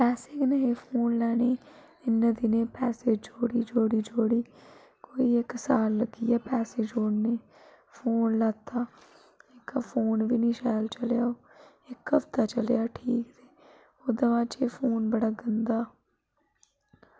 पैसे गै नेईं हे फोन लैने गी इन्ने दिनें दे पैसे जो़ड़ी जोड़ी जोड़ी कोई इक साल लग्गी गेआ पैसे जोड़ने गी फोन लैत्ता इक फोन बी निं शैल चलेआ इक हफ्ता चलेआ ठीक ते ओह्दे बाद च एह् फोन बड़ा गंदा